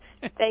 Thank